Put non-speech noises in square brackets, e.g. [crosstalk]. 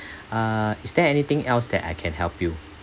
[breath] uh is there anything else that I can help you